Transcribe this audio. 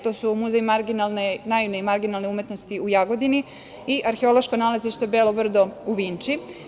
To su Muzej naivne i marginalne umetnosti u Jagodini i arheološko nalazište Belo brdo u Vinči.